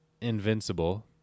invincible